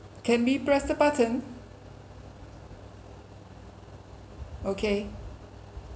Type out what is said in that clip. can we press the button okay